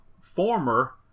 former